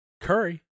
Curry